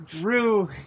Rue